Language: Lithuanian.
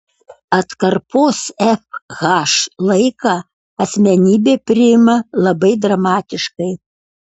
atkarpos fh laiką asmenybė priima labai dramatiškai